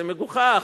זה מגוחך,